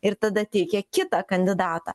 ir tada teikė kitą kandidatą